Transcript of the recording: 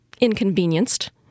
inconvenienced